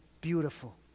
beautiful